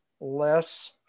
less